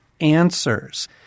answers